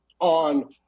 on